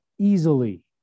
easily